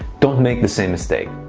don't make the same mistake.